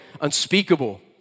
unspeakable